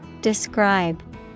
Describe